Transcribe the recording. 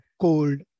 cold